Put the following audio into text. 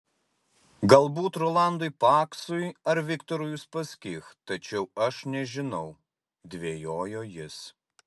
galbūt rolandui paksui ar viktorui uspaskich tačiau aš nežinau dvejojo jis